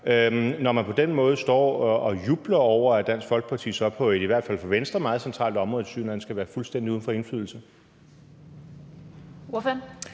når man på den måde står og jubler over, at Dansk Folkeparti så på et i hvert fald for Venstre meget centralt område tilsyneladende skal være fuldstændig uden for indflydelse?